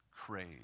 crave